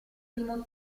primo